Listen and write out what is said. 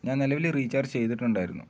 ഞാൻ നിലവിൽ റീചാർജ് ചെയ്തിട്ടുണ്ടായിരുന്നു